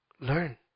Learn